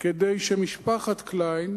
כדי שמשפחת קליין